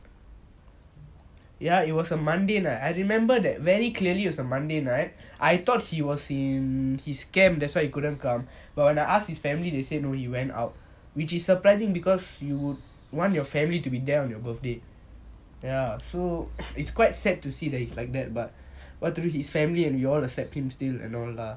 ya it was a monday night I remember it very clearly it was a monday night I thought he was in his camp that's why he couldn't come but when I ask his family they say no he went out which is surprising because you want your family to be there on your birthday ya so it's quite sad to see that he is like that but what to do his family and you all accept him still and all lah